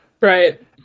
right